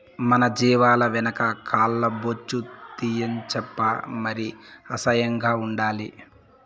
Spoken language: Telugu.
మన జీవాల వెనక కాల్ల బొచ్చు తీయించప్పా మరి అసహ్యం ఉండాలి